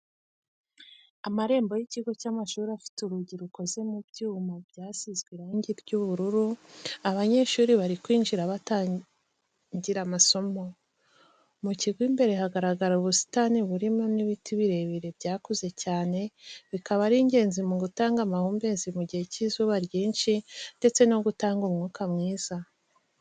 Amarembo y'ikigo cy'amashuri afite urugi rukoze mu byuma byasizwe irangi ry'ubururu, abanyeshuri bari kwinjira ngo batangire amasomo, mu kigo imbere hagaragara ubusitani burimo n'ibiti birebire byakuze cyane, bikaba ari ingenzi mu gutanga amahumbezi mu gihe cy'izuba ryinshi ndetse no gutanga umwuka mwiza.